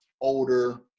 older